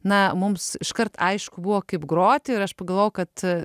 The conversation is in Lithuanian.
na mums iškart aišku buvo kaip groti ir aš pagalvojau kad